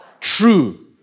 true